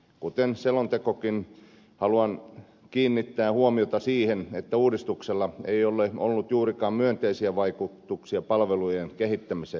kuten selontekokin haluan kiinnittää huomiota siihen että uudistuksella ei ole ollut juurikaan myönteisiä vaikutuksia palvelujen kehittämiseen